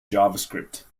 javascript